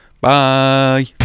Bye